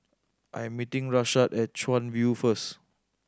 I am meeting Rashaad at Chuan View first